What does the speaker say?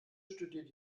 studiert